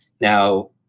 Now